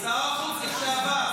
שר החוץ לשעבר.